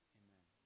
amen